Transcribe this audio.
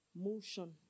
motion